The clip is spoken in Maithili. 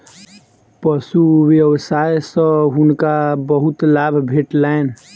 पशु व्यवसाय सॅ हुनका बहुत लाभ भेटलैन